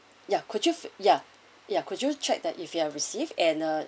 ya could you yeah yeah could you check that if you have received and uh